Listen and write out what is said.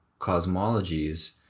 cosmologies